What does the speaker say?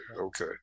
okay